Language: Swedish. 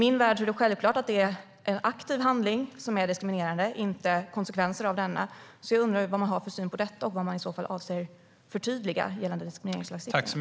I min värld är det självklart att det är en aktiv handling som är diskriminerande, inte konsekvenserna av denna. Vad har ministern för syn på detta? Avser man att förtydliga diskrimineringslagstiftningen?